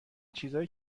چیزای